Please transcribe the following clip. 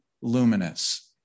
luminous